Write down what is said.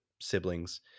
siblings